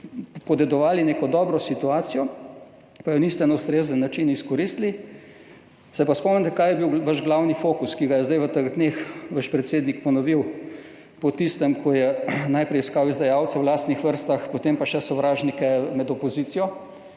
podedovali neko dobro situacijo, pa je niste izkoristili na ustrezen način, se pa spomnite, kaj je bil vaš glavni fokus, ki ga je zdaj v teh dneh vaš predsednik ponovil po tistem, ko je najprej iskal izdajalce v lastnih vrstah, potem pa še sovražnike med opozicijo.